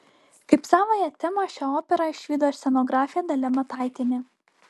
kaip savąją temą šią operą išvydo ir scenografė dalia mataitienė